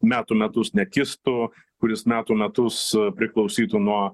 metų metus nekistų kuris metų metus priklausytų nuo